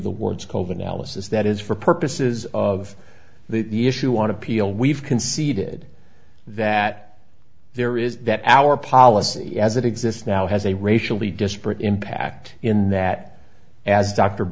the words cove analysis that is for purposes of the issue on appeal we've conceded that there is that our policy as it exists now has a racially disparate impact in that as dr